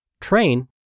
train